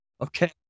Okay